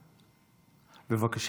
בבקשה.